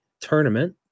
tournament